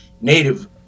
Native